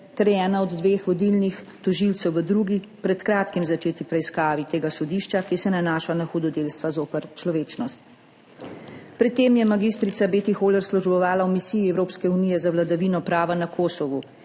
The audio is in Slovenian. je ena od dveh vodilnih tožilcev v drugi, pred kratkim začeti preiskavi tega sodišča, ki se nanaša na hudodelstva zoper človečnost. Pred tem je mag. Beti Hohler službovala v Misiji Evropske unije za vladavino prava na Kosovu,